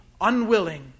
unwilling